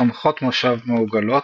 תומכות מושב מעוקלות,